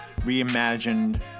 reimagined